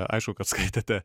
aišku kad skaitėte